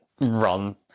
run